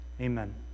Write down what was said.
Amen